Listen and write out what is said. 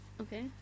okay